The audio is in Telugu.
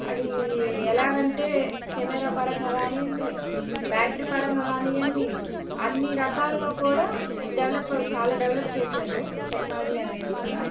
అది ఎలాగంటే కెమెరా పరంగా కానీయండి బ్యాటరీ పరంగా కానీయండి అన్ని రకాలుగా కూడా డెవలప్ చాలా డెవలప్ చేశారు టెక్నాలజీ అనేది కూడా